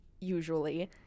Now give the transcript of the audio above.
usually